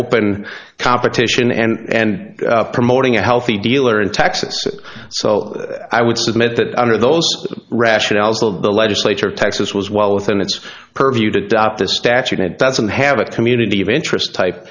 open competition and promoting a healthy dealer in texas so i would submit that under those rationales of the legislature texas was well within its purview to adopt a statute that doesn't have a community of interest type